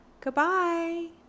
Goodbye